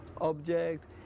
object